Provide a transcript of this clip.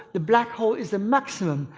the black hole is the maximum.